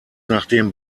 nachdem